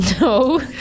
No